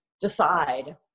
decide